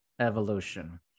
evolution